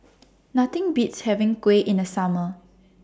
Nothing Beats having Kuih in The Summer